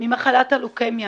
ממחלת הלוקמיה,